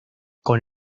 con